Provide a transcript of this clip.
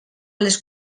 les